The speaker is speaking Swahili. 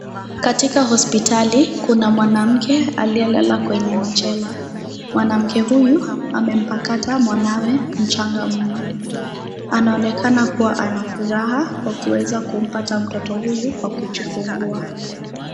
Katika hospitali Kuna mwanamke mwanamke aliye lala kwenye machela, huyu amempakata mwanawe mchanga mno. Anaonekana kuwa anafuraha kwa kuweza kupata mtoto huyu kwa kujifungua.